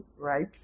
right